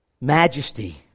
Majesty